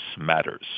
matters